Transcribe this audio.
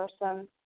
person